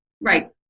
Right